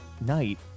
night